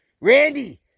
Randy